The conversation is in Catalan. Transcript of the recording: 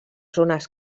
zones